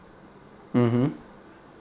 mmhmm